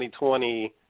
2020